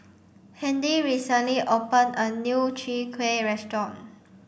Handy recently open a new Chwee Kueh restaurant